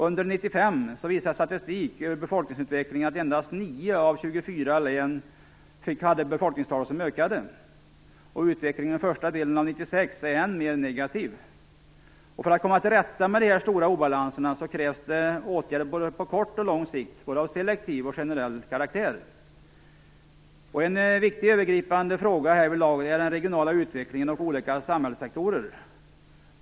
Under 1995 visar statistik över befolkningsutvecklingen att endast 9 av 24 län hade befolkningstal som ökade. Utvecklingen under första delen av 1996 är än mer negativ. För att komma till rätta med dessa stora obalanser krävs det åtgärder på både kort och lång sikt, av både selektiv och generell karaktär. En viktig övergripande fråga härvidlag är den regionala utvecklingen och olika samhällssektorer.